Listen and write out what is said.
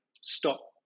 stop